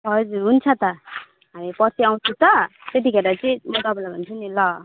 हजुर हुन्छ त हामी पर्सि आउँछु त त्यतिखेर चाहिँ म तपाईँलाई भन्छु नि ल